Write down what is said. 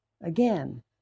again